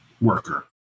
worker